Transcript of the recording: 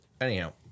Anyhow